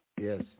Yes